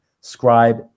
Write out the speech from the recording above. scribe